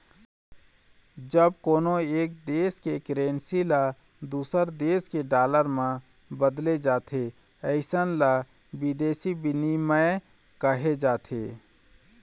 जब कोनो एक देस के करेंसी ल दूसर देस के डॉलर म बदले जाथे अइसन ल बिदेसी बिनिमय कहे जाथे